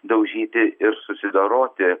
daužyti ir susidoroti